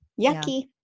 Yucky